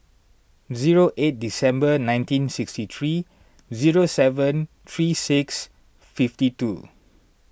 zero eight December nineteen sixty three zero seven three six fifty two